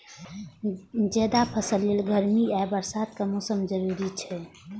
जायद फसल लेल गर्मी आ बरसात के मौसम जरूरी होइ छै